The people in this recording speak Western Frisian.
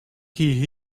hie